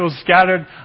scattered